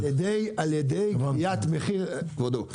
ע"י גביית מחיר כבודו.